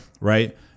right